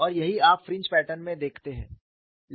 और यही आप फ्रिंज पैटर्न में देखते हैं